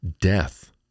death